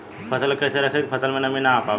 फसल के कैसे रखे की फसल में नमी ना आवा पाव?